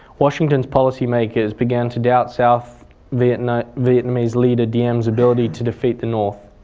washington's policy makers began to doubt south vietnamese vietnamese leader diem's ability to defeat the north.